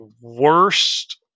worst